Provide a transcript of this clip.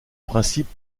principes